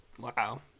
Wow